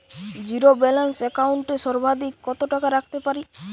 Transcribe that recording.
Zero balance account এ সর্বাধিক কত টাকা রাখতে পারি?